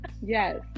Yes